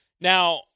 Now